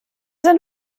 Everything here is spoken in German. sind